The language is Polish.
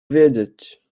wiedzieć